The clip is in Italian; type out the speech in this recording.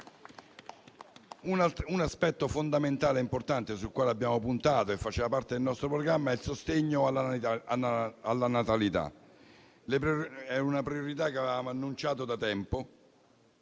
Un aspetto fondamentale e importante sul quale abbiamo puntato, che faceva parte del nostro programma, è il sostegno alla natalità. Questa è una priorità che avevamo annunciato da tempo